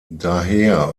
daher